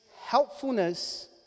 helpfulness